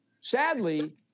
Sadly